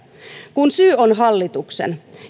kun syy on hallituksen